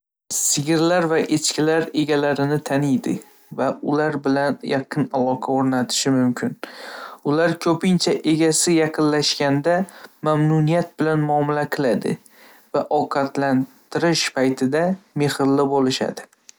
Sigirlar va echkilar egalarini taniydi va ular bilan yaqin aloqa o‘rnatishi mumkin. Ular ko‘pincha egasi yaqinlashganda mamnuniyat bilan muomala qiladi va ovqatlantirish paytida mehrli bo‘lishadi.